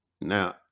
now